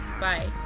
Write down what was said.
Bye